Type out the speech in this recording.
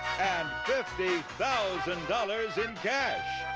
and fifty thousand dollars in cash.